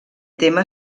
tema